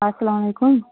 اَسَلام علیکُم